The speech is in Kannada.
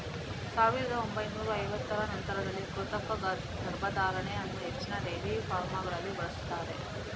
ಸಾವಿರದ ಒಂಬೈನೂರ ಐವತ್ತರ ನಂತರದಲ್ಲಿ ಕೃತಕ ಗರ್ಭಧಾರಣೆ ಅನ್ನು ಹೆಚ್ಚಿನ ಡೈರಿ ಫಾರ್ಮಗಳಲ್ಲಿ ಬಳಸ್ತಾರೆ